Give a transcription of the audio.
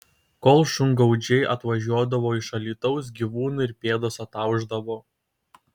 kol šungaudžiai atvažiuodavo iš alytaus gyvūnų ir pėdos ataušdavo